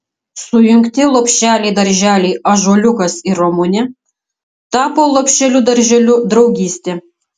sujungti lopšeliai darželiai ąžuoliukas ir ramunė tapo lopšeliu darželiu draugystė